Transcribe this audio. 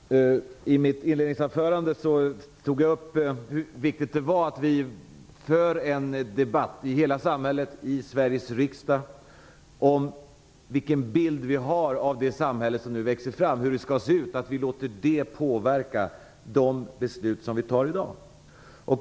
Herr talman! I mitt inledningsanförande tog jag upp hur viktigt det är att vi för en debatt i hela samhället och i Sveriges riksdag om vilken bild vi har av det samhälle som nu växer fram, hur det skall se ut och att vi låter detta påverka de beslut som vi fattar i dag.